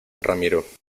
ramiro